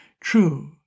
true